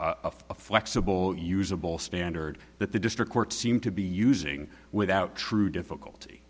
a flexible usable standard that the district court seem to be using without true difficulty